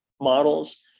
models